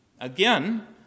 Again